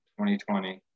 2020